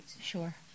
sure